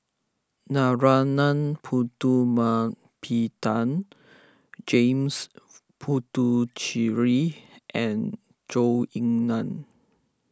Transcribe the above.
Narana Putumaippittan James Puthucheary and Zhou Ying Nan